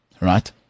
right